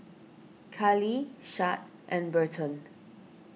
Carlee Shad and Berton